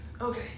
Okay